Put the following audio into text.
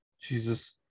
Jesus